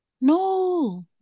No